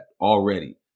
already